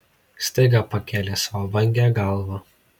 staiga pakėlė savo vangią galvą